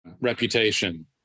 reputation